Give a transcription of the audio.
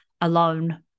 alone